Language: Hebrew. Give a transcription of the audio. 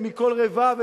ומכל רבב,